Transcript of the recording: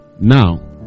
Now